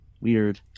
Weird